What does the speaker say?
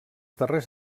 darrers